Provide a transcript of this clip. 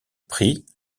prix